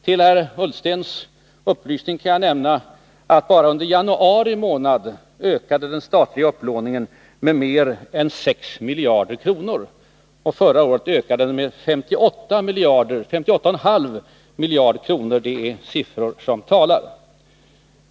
Till herr Ullstens upplysning kan jag nämna att bara under januari månad ökade den statliga upplåningen med mer än 6 miljarder kronor, och förra året ökade den med 58,5 miljarder kronor. Det är siffror som talar.